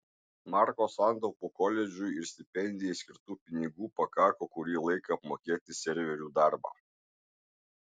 marko santaupų koledžui ir stipendijai skirtų pinigų pakako kurį laiką apmokėti serverių darbą